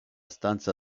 stanza